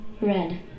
Red